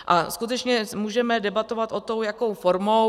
A skutečně můžeme debatovat o tom, jakou formou.